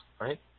right